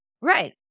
Right